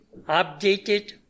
updated